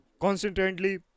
constantly